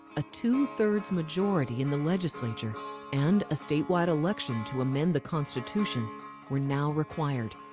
a two three rds majority in the legislature and a statewide election to amend the constitution were now required.